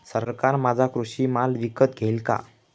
सरकार माझा कृषी माल विकत घेईल का?